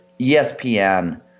ESPN